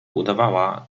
udawała